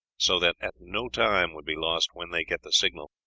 so that no time would be lost when they get the signal.